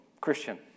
Christian